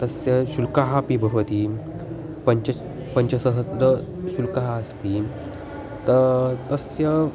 तस्य शुल्कः अपि भवति पञ्चस् पञ्चसहस्रं शुल्कः अस्ति त तस्य